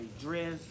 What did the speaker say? dress